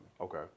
Okay